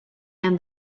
and